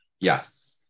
yes